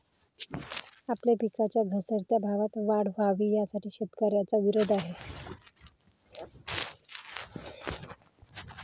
आपल्या पिकांच्या घसरत्या भावात वाढ व्हावी, यासाठी शेतकऱ्यांचा विरोध आहे